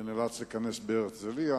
ונאלץ לכנס בהרצלייה.